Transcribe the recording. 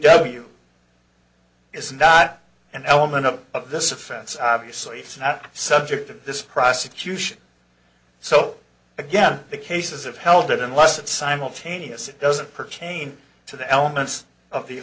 w is not an element of of this offense obviously it's not subject to this prosecution so again the cases have held that unless it simultaneous it doesn't pertain to the elements of the